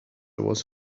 was